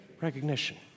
Recognition